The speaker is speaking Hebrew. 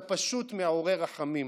אתה פשוט מעורר רחמים.